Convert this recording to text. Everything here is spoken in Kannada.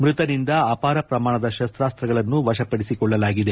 ಮ್ಟತನಿಂದ ಅಪಾರ ಪ್ರಮಾಣದ ಶಸ್ತಾಸ್ತಗಳನ್ನು ವಶಪಡಿಸಿಕೊಳ್ಳಲಾಗಿದೆ